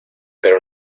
pero